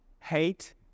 Hate